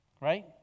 right